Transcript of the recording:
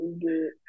good